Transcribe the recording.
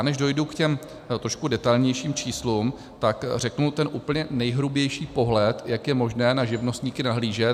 Než dojdu k těm trošku detailnějším číslům, tak řeknu ten úplně nejhrubější pohled, jak je možné na živnostníky nahlížet.